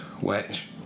Wedge